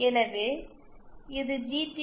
எனவே இது ஜிடி